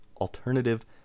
alternative